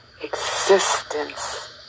existence